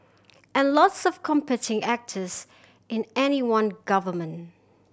and lots of competing actors in any one government